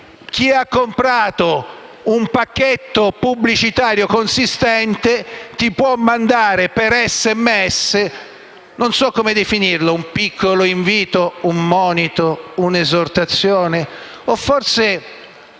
chi ha comprato un pacchetto pubblicitario consistente ti può mandare via SMS qualcosa che non so come definire: un piccolo invito? Un monito? Un'esortazione? O forse